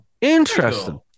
interesting